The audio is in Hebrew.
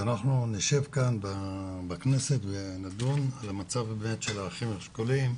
שאנחנו נשב כאן בכנסת ונדון על המצב של האחים השכולים,